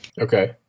Okay